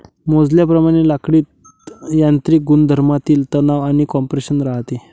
मोजल्याप्रमाणे लाकडीत यांत्रिक गुणधर्मांमधील तणाव आणि कॉम्प्रेशन राहते